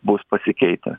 bus pasikeitę